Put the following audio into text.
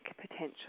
potential